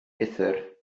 uthr